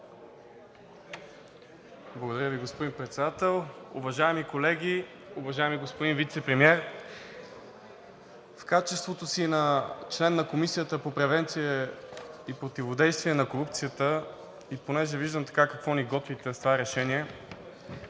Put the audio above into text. Благодаря Ви, господин Председател. Уважаеми колеги, уважаеми господин Вицепремиер! В качеството си на член на Комисията по превенция и противодействие на корупцията и понеже виждам какво ни готвите с това решение,